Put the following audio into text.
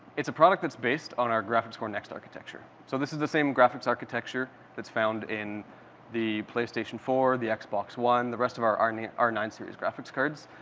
it's a product that's based on our graphics core next architecture. so this is the same graphics architecture that's found in the playstation four, the xbox one, the rest of our r nine r nine series graphics cards.